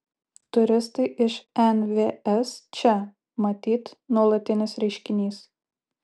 turistai iš nvs čia matyt nuolatinis reiškinys